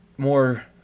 more